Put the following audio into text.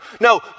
No